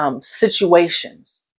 Situations